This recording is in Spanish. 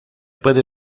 puede